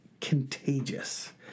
contagious